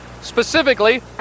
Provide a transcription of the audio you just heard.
specifically